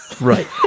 Right